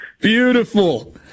Beautiful